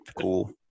cool